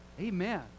Amen